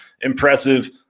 impressive